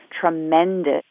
tremendous